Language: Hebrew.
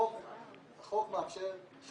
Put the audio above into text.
-------- החוק מאפשר הטבות